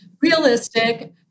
realistic